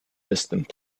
distant